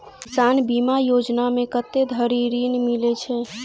किसान बीमा योजना मे कत्ते धरि ऋण मिलय छै?